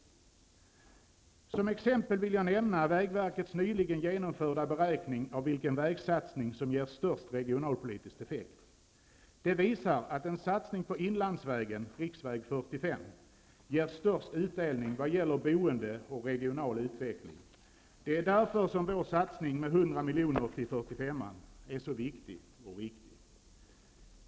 Som exempel vill jag nämna vägverkets nyligen genomförda beräkning av vilken vägsatsning som ger den största regionalpolitiska effekten. Beräkningen visar att en satsning på inlandsvägen, riksväg 45, ger den största utdelningen i vad gäller boende och regional utveckling. Det är därför som vår satsning med 100 miljoner till 45:an är så viktig och riktig.